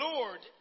Lord